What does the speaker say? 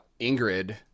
Ingrid